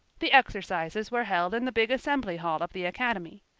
the exercises were held in the big assembly hall of the academy.